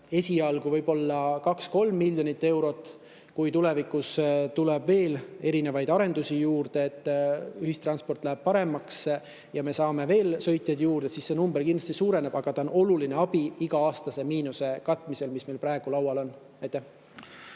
esialgu võib-olla 2–3 miljonit eurot. Kui tulevikus tuleb veel erinevaid arendusi juurde, ühistransport läheb paremaks ja me saame sõitjaid juurde, siis see number kindlasti suureneb, aga ka see on oluline abi iga-aastase miinuse katmisel, mis meil praegu laual on.